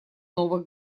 новых